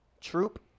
troop